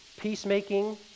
peacemaking